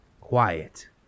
quiet